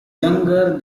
younger